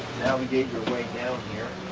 now, we gave you a way down here.